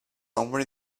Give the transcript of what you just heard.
somewhere